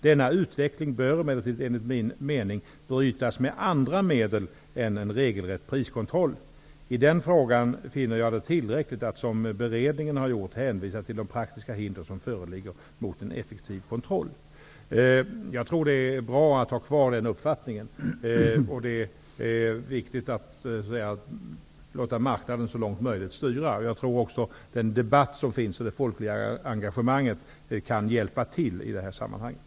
Denna utveckling bör emellertid, enligt min mening, brytas med andra medel än en regelrätt priskontroll. I den frågan finner jag det tillräckligt att, som beredningen har gjort, hänvisa till de praktiska hinder som föreligger mot en effektiv kontroll. Jag tror att det är bra att vidhålla den uppfattningen. Det är viktigt att låta marknaden så långt möjligt styra. Jag tror också att den befintliga debatten och det folkliga engagemanget kan hjälpa till i det här sammanhanget.